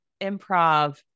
improv